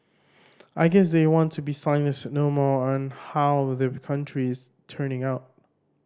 I guess they want to be silent no more on how the country is turning out